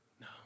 No